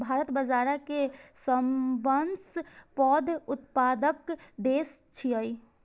भारत बाजारा के सबसं पैघ उत्पादक देश छियै